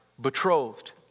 betrothed